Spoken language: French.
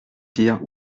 dire